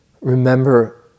remember